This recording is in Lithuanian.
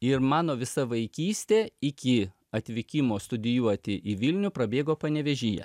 ir mano visa vaikystė iki atvykimo studijuoti į vilnių prabėgo panevėžyje